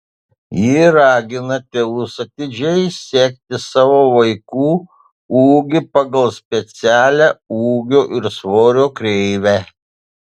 ji ragina tėvus atidžiai sekti savo vaikų ūgį pagal specialią ūgio ir svorio kreivę